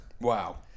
Wow